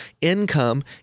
income